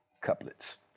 couplets